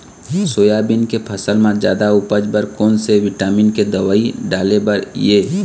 Soybean के फसल म जादा उपज बर कोन से विटामिन के दवई डाले बर ये?